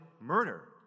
murder